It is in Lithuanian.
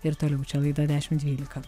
ir toliau čia laida dešimt dvylika